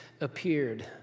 appeared